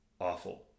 awful